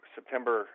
September